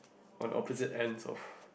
on opposite ends of